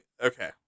okay